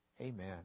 Amen